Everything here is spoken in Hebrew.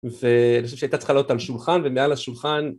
ו...אני חושב שהיא הייתה צריכה להיות על שולחן, ומעל השולחן...